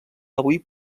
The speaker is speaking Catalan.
avui